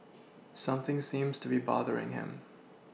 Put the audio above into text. something seems to be bothering him